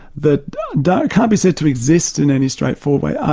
that can't be said to exist in any straightforward way,